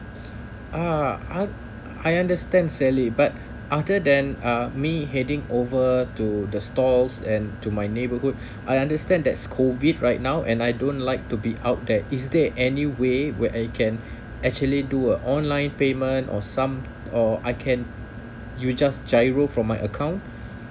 ah uh I understand sally but other than uh me heading over to the store and to my neighbourhood I understand that's COVID right now and I don't like to be out there is there anyway where I can actually do a online payment or some or I can you just giro from my account